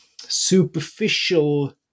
superficial